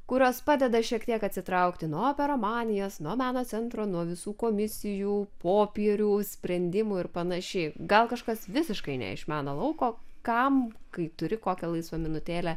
kurios padeda šiek tiek atsitraukti nuo operomanijos nuo meno centro nuo visų komisijų popierių sprendimų ir panašiai gal kažkas visiškai ne iš meno lauko kam kai turi kokią laisvą minutėlę